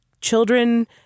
children